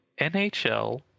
NHL